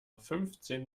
fünfzehn